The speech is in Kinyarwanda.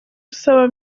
usaba